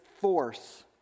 force